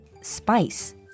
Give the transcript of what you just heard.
spice